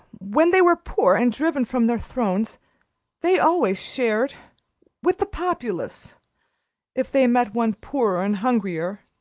when they were poor and driven from their thrones they always shared with the populace if they met one poorer and hungrier.